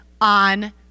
on